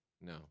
No